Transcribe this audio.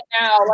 now